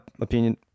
opinion